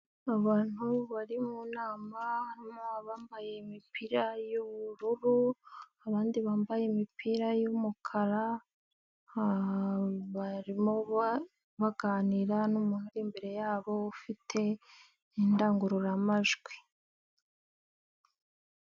Abantu bari mu nama harimo abambaye imipira y'ubururu, abandi bambaye imipira y'umukara barimo baganira n'umuntu uri imbere yabo ufite indangururamajwi.